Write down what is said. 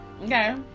Okay